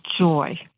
joy